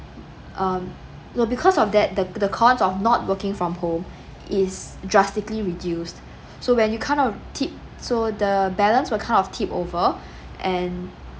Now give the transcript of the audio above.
um because of that the the cost of not working from home is drastically reduced so when you kind of tip so the balance will kind of tip over and